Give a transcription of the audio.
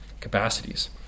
capacities